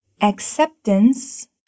acceptance